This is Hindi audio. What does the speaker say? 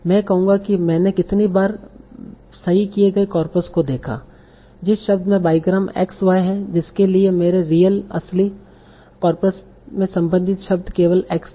मैं कहूंगा कि मैंने कितनी बार मेने सही किए गए कॉर्पस को देखा जिस शब्द में बाईग्राम x y है जिसके लिए मेरे रियल असली कॉर्पस में संबंधित शब्द केवल x था